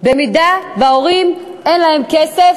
אם ההורים, אין להם כסף.